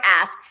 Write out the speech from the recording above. ask